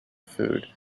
food